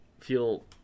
feel